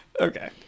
Okay